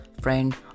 friend